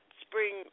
spring